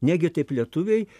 negi taip lietuviai